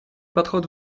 подход